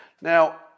Now